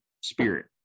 spirit